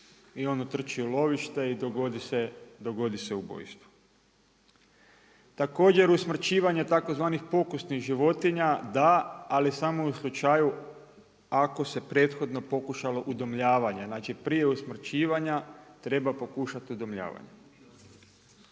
i on utrči u lovište i dogodi se ubojstvo. Također usmrćivanje tzv. pokusnih životinja da, ali samo u slučaju ako se prethodno pokušalo udomljavanje, znači prije usmrćivanja treba pokušati udomljavanje.